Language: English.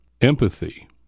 empathy